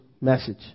message